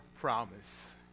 promise